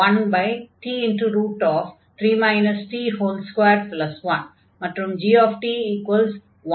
ft1t3 t21 மற்றும் g1t